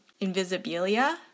invisibilia